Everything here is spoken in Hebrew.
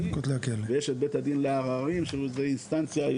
ויש את בית הדין לערערים שזה איסטנציה,